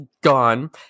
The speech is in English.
gone